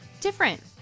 different